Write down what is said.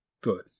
Good